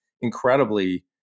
incredibly